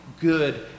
good